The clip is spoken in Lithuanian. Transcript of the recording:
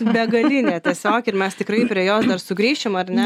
begalinė tiesiog ir mes tikrai prie jos dar sugrįšim ar ne